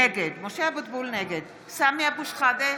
נגד סמי אבו שחאדה,